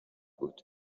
بود